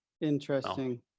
Interesting